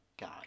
guy